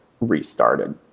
restarted